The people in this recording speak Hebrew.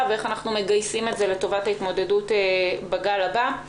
ואיך אנחנו מגייסים את זה לטובת ההתמודדות בגל הבא.